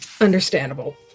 Understandable